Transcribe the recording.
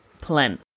plan